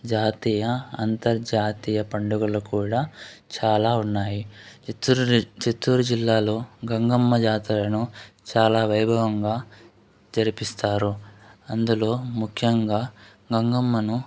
జాతీయ అంతర్జాతీయ పండుగలు కూడా చాలా ఉన్నాయి చిత్తూరు చిత్తూరు జిల్లాలో గంగమ్మ జాతరను చాలా వైభవంగా జరిపిస్తారు అందులో ముఖ్యంగా గంగమ్మను